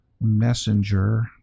Messenger